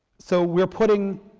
so we are putting